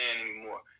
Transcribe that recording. anymore